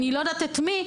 ואני לא יודעת את מי,